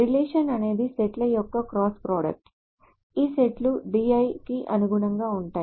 relation అనేది సెట్ల యొక్క క్రాస్ ప్రొడక్ట్ ఈ సెట్లు ఈ Di కి అనుగుణంగా ఉంటాయి